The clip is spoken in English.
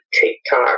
TikTok